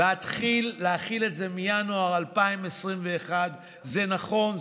ולהתחיל להחיל את זה מינואר 2021. זה נכון,